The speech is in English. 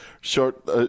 Short